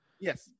Yes